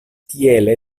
tiele